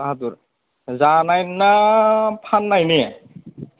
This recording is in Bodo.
बाहादुर जानायनि ना फाननायनि